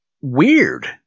weird